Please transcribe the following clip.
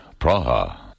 Praha